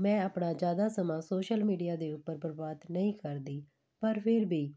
ਮੈਂ ਆਪਣਾ ਜ਼ਿਆਦਾ ਸਮਾਂ ਸੋਸ਼ਲ ਮੀਡੀਆ ਦੇ ਉੱਪਰ ਬਰਬਾਦ ਨਹੀਂ ਕਰਦੀ ਪਰ ਫਿਰ ਵੀ